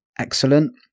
excellent